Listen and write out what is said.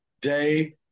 day